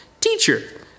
Teacher